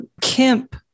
Kemp